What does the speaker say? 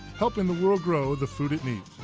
helping the world grow the food it needs.